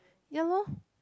ya lor